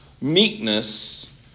meekness